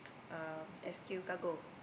um S_Q cargo